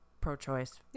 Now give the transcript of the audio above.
pro-choice